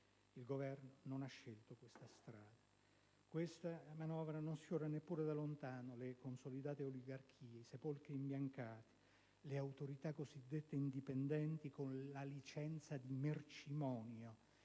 Il Governo però non ha scelto questa strada. Questa manovra non sfiora neppure da lontano le consolidate oligarchie, i sepolcri imbiancati, le autorità cosiddette indipendenti con licenza di mercimonio,